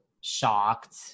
shocked